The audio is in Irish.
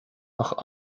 ach